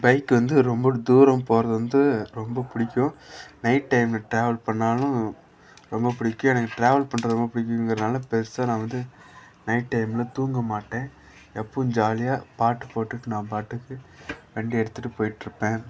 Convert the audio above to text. bike வந்து ரொம்ப தூரம் போகிறது வந்து ரொம்பப் பிடிக்கும் நைட் டைமில் ட்ராவல் பண்ணாலும் ரொம்பப் பிடிக்கும் எனக்கு ட்ராவல் பண்ணுறது ரொம்பப் பிடிக்குங்கிறதுனால பெருசாக நான் வந்து நைட் டைமில் தூங்க மாட்டேன் எப்போவும் ஜாலியாக பாட்டு போட்டுட்டு நான் பாட்டுக்கு வண்டி எடுத்துட்டுப் போயிட்டிருப்பேன்